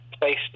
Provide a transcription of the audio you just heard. place